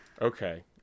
Okay